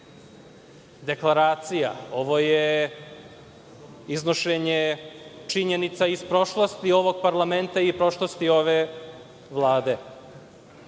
deklaracija. Ovo je iznošenje činjenica iz prošlosti ovog parlamenta i prošlosti ove